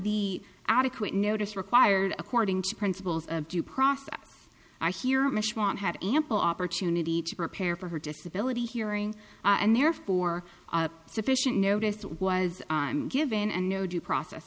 the adequate notice required according to principles of due process are here had ample opportunity to prepare for her disability hearing and therefore sufficient notice was given and no due process